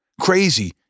Crazy